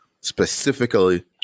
specifically